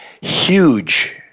huge